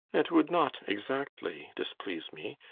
it would not exactly displease me.